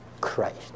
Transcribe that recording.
Christ